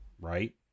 right